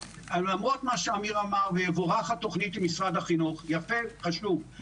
למרות מה שאמיר אמר ותבורך התוכנית של משרד החינוך שזה יפה וחשוב,